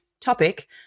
topic